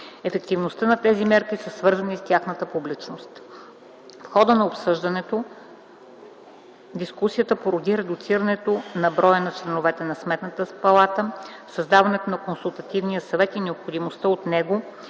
Ефективността на тези мерки е свързана с тяхната публичност. В хода на обсъждането дискусията породи редуцирането на броя на членовете на Сметната палата, създаването на Консултативния съвет и необходимостта от него